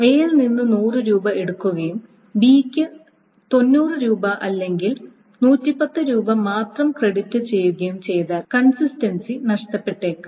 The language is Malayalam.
എയിൽ നിന്ന് 100 രൂപ എടുക്കുകയും ബിക്ക് 90 രൂപ അല്ലെങ്കിൽ 110 രൂപ മാത്രം ക്രെഡിറ്റ് ചെയ്യുകയും ചെയ്താൽ കൺസിസ്റ്റൻസി നഷ്ടപ്പെട്ടേക്കാം